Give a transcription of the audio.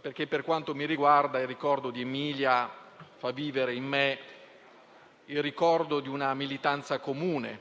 perché, per quanto mi riguarda, il ricordo di Emilia fa vivere in me il ricordo di una militanza e